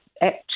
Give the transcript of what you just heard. Act